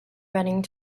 running